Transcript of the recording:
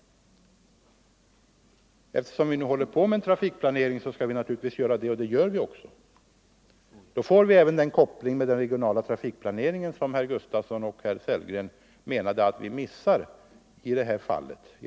Eftersom vi nu håller på med en trafikplanering skall vi naturligtvis göra det. Då får vi även den koppling med den regionala trafikplaneringen som herrar Gustavsson och Sellgren menade att vi missar i de här fallen.